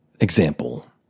Example